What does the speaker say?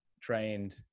trained